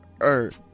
earth